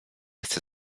chcę